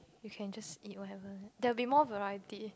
you can just eat whatever there will be more variety